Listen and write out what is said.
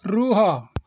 ରୁହ